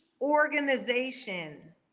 organization